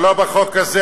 אבל לא בחוק הזה.